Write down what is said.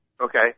okay